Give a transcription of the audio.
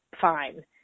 fine